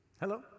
Hello